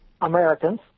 Americans